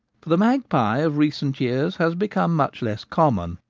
for the magpie of recent years has become much less common.